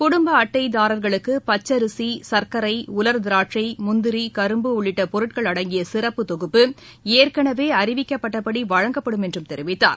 குடும்ப அட்டைதாரர்களுக்கு பச்சரிசி சர்க்கரை உலர் திராட்சை முந்திரி கரும்பு உள்ளிட்ட பொருட்கள் அடங்கிய சிறப்பு தொகுப்பு ஏற்கனவே அறிவிக்கப்பட்டபடி வழங்கப்படும் என்றும் தெரிவித்தார்